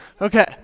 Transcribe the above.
Okay